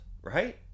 right